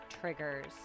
triggers